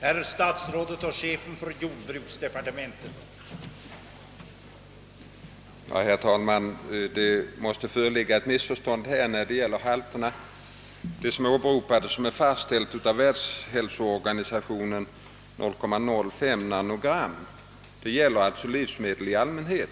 om ett gränsvärde för kvicksilverhalten i fisken.